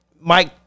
Mike